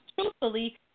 truthfully